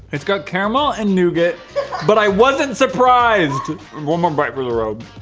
it's got caramel and nougat, but i wasn't surprised one more bite for the robe